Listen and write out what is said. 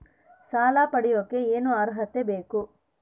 ಸಾಲ ಪಡಿಯಕ ಏನು ಅರ್ಹತೆ ಇರಬೇಕು?